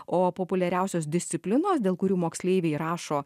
o populiariausios disciplinos dėl kurių moksleiviai rašo